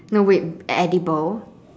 no wait edible